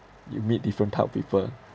you meet different type of people